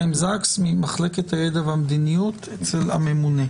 אנחנו מביאים היום לדיון ולאישור של הוועדה תקנות של שר המשפטים,